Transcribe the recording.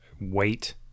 wait